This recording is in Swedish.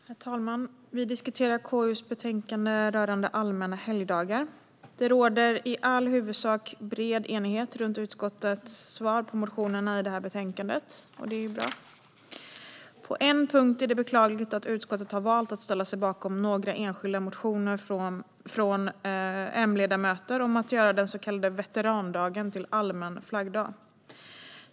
Herr talman! Vi diskuterar konstitutionsutskottets betänkande rörande allmänna helgdagar. Det råder i all huvudsak bred enighet kring utskottets svar på motionerna i det här betänkandet, och det är bra. På en punkt är det beklagligt att utskottet har valt att ställa sig bakom några enskilda motioner från M-ledamöter om att göra den så kallade veterandagen till allmän flaggdag.